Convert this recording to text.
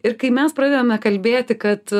ir kai mes pradedame kalbėti kad